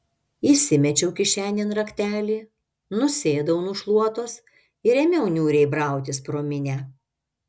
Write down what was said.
įsimečiau kišenėn raktelį nusėdau nu šluotos ir ėmiau niūriai brautis pro minią